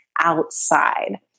outside